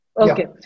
Okay